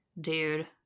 dude